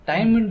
Time